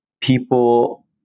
people